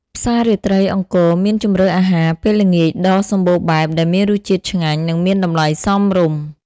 ផ្សាររាត្រីអង្គរមានជម្រើសអាហារពេលល្ងាចដ៏សម្បូរបែបដែលមានរសជាតិឆ្ងាញ់ និងមានតម្លៃសមរម្យ ។